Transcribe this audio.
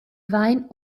wein